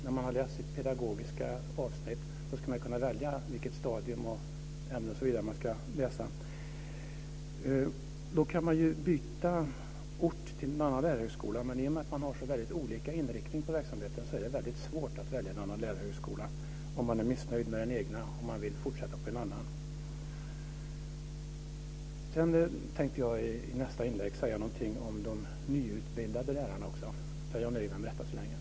När man har läst sitt pedagogiska avsnitt ska man kunna välja vilket stadium och ämne som man ska läsa. Då kan man byta ort till en annan lärarhögskola. Men i och med att det är så olika inriktning på verksamheten är det väldigt svårt att välja en annan lärarhögskola om man är missnöjd med den egna och vill fortsätta på en annan. Jag tänkte i nästa inlägg säga något om de nyutbildade lärarna. Jag nöjer mig med detta så länge.